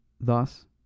Thus